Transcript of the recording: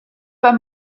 vas